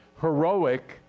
heroic